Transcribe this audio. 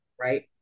right